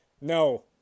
No